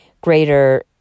greater